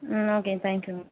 ம் okay thank you ma'am